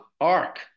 arc